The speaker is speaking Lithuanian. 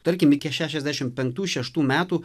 tarkim iki šešiasdešim penktų šeštų metų